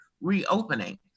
reopening